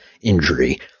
injury